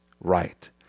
right